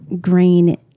grain